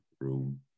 room